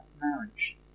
marriage